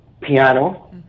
piano